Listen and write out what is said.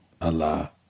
Allah